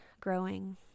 growing